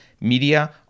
media